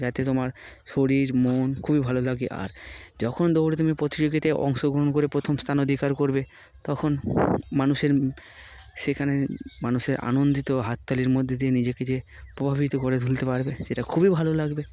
যাতে তোমার শরীর মন খুবই ভালো লাগে আর যখন দৌড়ে তুমি প্রতিযোগিতায় অংশগ্রহণ করে প্রথম স্থান অধিকার করবে তখন মানুষের সেখানে মানুষের আনন্দিত হাততালির মধ্যে দিয়ে নিজেকে যে প্রভাবিত করে তুলতে পারবে সেটা খুবই ভালো লাগবে